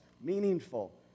meaningful